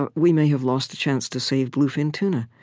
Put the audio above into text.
ah we may have lost the chance to save bluefin tuna,